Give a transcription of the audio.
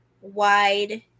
wide